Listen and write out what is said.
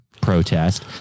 protest